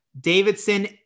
Davidson